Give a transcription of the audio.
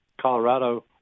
Colorado